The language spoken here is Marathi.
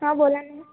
हां बोला ना